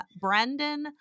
Brendan